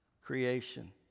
creation